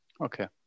Okay